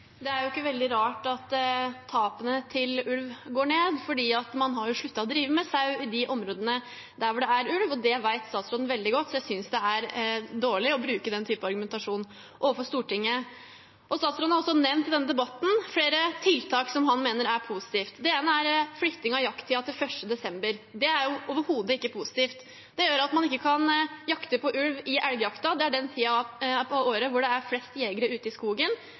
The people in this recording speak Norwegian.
man har jo sluttet å drive med sau i de områdene der det er ulv. Det vet statsråden veldig godt, så jeg synes det er dårlig å bruke den type argumentasjon overfor Stortinget. Statsråden har også i denne debatten nevnt flere tiltak som han mener er positive. Det ene er flytting av jakttiden til 1. desember. Det er overhodet ikke positivt. Det gjør at man ikke kan jakte på ulv i elgjakta, som er den tiden på året hvor det er flest jegere ute i skogen.